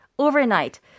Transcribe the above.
Overnight